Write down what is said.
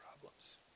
problems